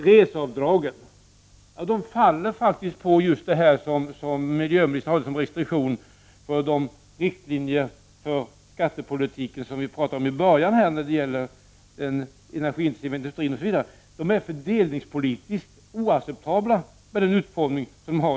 Reseavdragen faller faktiskt på det som miljöministern sade om restriktioner och riktlinjer för skattepolitik. Vi diskuterade tidigare här om den energiintensiva industrin m.m. Reseavdragen är fördelningspolitiskt oacceptabla med den utformning som de i dag har.